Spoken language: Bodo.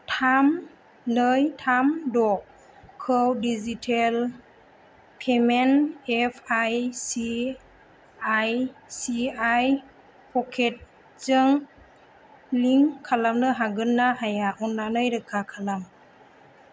थाम नै थाम द'खौ digital payment app I C I C I पकेटजों लिंक खालामनो हागोन ना हाया अननानै रोखा खालाम